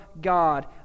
God